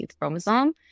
chromosome